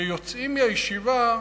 ביוצאי מהישיבה,